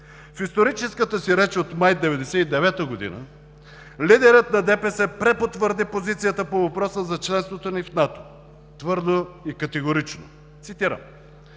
В историческата си реч от месец май 1999 г. лидерът на ДПС препотвърди позицията по въпроса за членството ни в НАТО твърдо и категорично, цитирам: